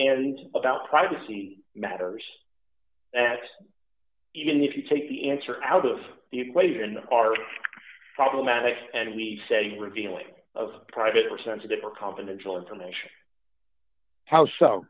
and about privacy matters that even if you take the answer out of the equation are problematic and we said revealing of private or sensitive or confidential information how so